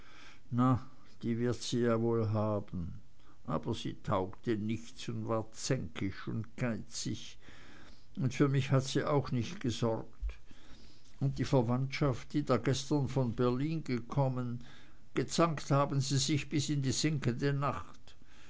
na die wird sie ja wohl haben aber sie taugte nichts und war zänkisch und geizig und für mich hat sie auch nicht gesorgt und die verwandtschaft die da gestern von berlin gekommen gezankt haben sie sich bis in die sinkende nacht